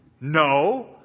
No